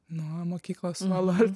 nuo mokyklos nuolat